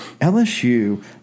LSU